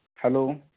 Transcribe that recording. hello